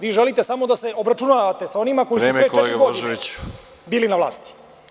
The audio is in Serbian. Vi želite samo da se obračunavate sa onima koji su te četiri godine bili na vlasti.